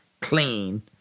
clean